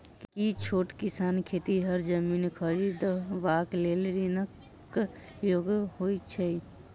की छोट किसान खेतिहर जमीन खरिदबाक लेल ऋणक योग्य होइ छै?